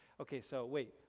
okay, so wait.